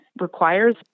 requires